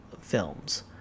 films